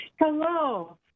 Hello